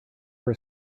were